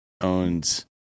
owns